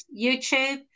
YouTube